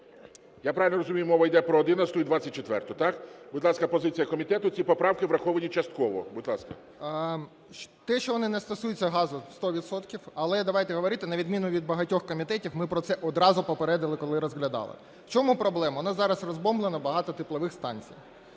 Я правильно розумію, мова іде про 11-у та 24-у, так. Будь ласка, позиція комітету. Ці поправки враховані частково, будь ласка. 11:08:47 ЖЕЛЕЗНЯК Я.І. Те, що вони не стосуються газу – 100 відсотків. Але давайте говорити на відміну від багатьох комітетів, ми про це одразу попередили коли розглядали. В чому проблема? У нас зараз розбомблено багато теплових станцій